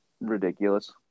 ridiculous